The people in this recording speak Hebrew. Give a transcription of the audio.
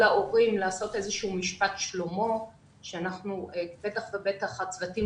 ההורים לעשות איזשהו משפט שלמה ואנחנו בטח ובטח הצוותים